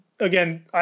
Again